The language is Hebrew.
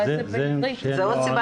זה עוד סיבה